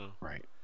Right